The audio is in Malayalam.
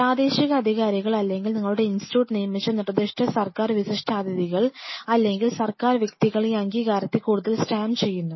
പ്രാദേശിക അധികാരികൾ അല്ലെങ്കിൽ നിങ്ങളുടെ ഇൻസ്റ്റിറ്റ്യൂട്ട് നിയമിച്ച നിർദ്ദിഷ്ട സർക്കാർ വിശിഷ്ടാതിഥികൾ അല്ലെങ്കിൽ സർക്കാർ വ്യക്തികൾ ഈ അംഗീകാരത്തെ കൂടുതൽ സ്റ്റാമ്പ് ചെയ്യുന്നു